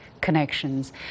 Connections